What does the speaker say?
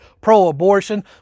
pro-abortion